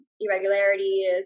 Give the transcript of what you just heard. irregularities